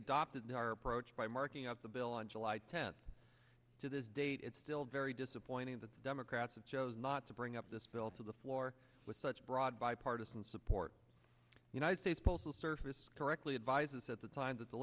adopted our approach by marking up the bill on july tenth to this date it's still very disappointing that the democrats of chose not to bring up this bill to the floor with such broad bipartisan support united states postal service directly advise us at the time that the